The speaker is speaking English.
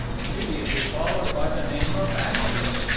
immediately followed by the name of ashiel.